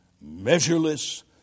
measureless